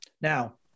Now